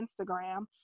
Instagram